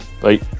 Bye